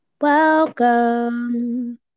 Welcome